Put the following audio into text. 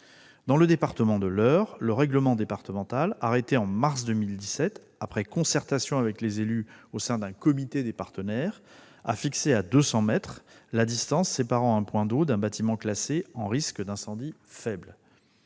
Dans le département de l'Eure, le règlement départemental, arrêté en mars 2017 après concertation avec les élus au sein d'un comité des partenaires, a fixé à 200 mètres la distance séparant un point d'eau d'un bâtiment classé en risque d'incendie faible.